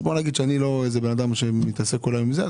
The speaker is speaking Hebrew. אז בוא נגיד שאני לא איזה בן אדם שמתעסק כל היום עם זה,